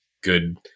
good